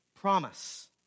promise